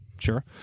Sure